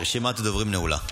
רשימת הדוברים סגורה.